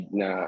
na